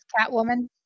Catwoman